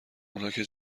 اوناکه